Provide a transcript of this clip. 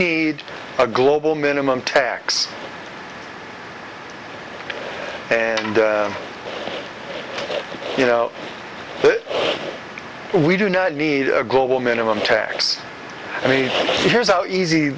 need a global minimum tax and you know we do not need a global minimum tax